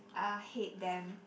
ah hate them